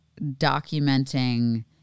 documenting